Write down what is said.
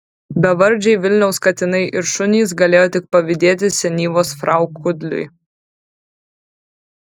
bevardžiai vilniaus katinai ir šunys galėjo tik pavydėti senyvos frau kudliui